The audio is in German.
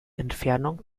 entfernung